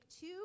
two